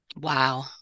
Wow